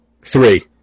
Three